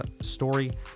story